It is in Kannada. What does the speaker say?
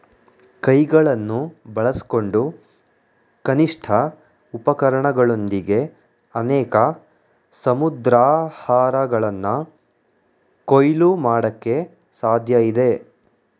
ಕೈಗಳನ್ನು ಬಳಸ್ಕೊಂಡು ಕನಿಷ್ಠ ಉಪಕರಣಗಳೊಂದಿಗೆ ಅನೇಕ ಸಮುದ್ರಾಹಾರಗಳನ್ನ ಕೊಯ್ಲು ಮಾಡಕೆ ಸಾಧ್ಯಇದೆ